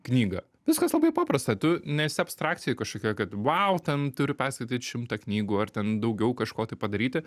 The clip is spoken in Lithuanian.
knygą viskas labai paprasta tu nesi abstrakcijoj kažkokioj kad vau ten turi perskaityt šimtą knygų ar ten daugiau kažko tai padaryti